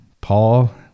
Paul